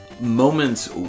moments